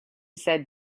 said